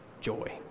Joy